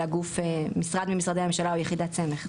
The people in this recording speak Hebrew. אלא משרד ממשרדי הממשלה או יחידת סמך,